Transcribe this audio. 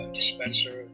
dispenser